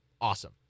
awesome